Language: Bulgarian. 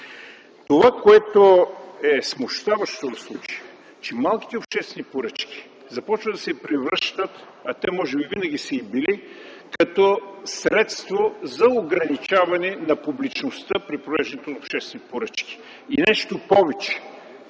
Това, което е смущаващо в случая, е, че малките обществени поръчки започват да се превръщат, а те може би винаги са и били като средство за ограничаване на публичността при провеждането на обществените поръчки. Нещо повече,